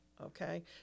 Okay